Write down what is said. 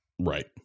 Right